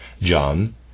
John